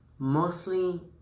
Mostly